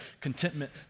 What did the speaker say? contentment